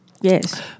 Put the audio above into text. Yes